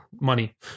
money